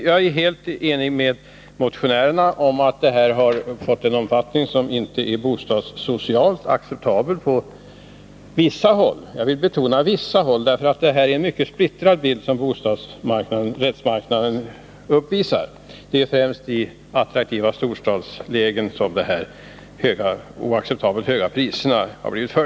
Jag är helt enig med motionärerna om att detta fått en omfattning som inte är bostadssocialt acceptabel på vissa håll — jag vill betona på vissa håll, eftersom det är en mycket splittrad bild som bostadsrättsmarknaden uppvisar. Det är främst i attraktiva storstadslägen som de oacceptabelt höga priserna förekommer.